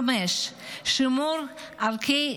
דבר חמישי, שימור ערכי